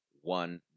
one